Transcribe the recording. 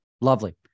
Lovely